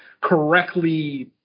correctly